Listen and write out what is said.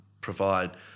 provide –